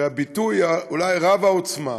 והביטוי אולי רב העוצמה,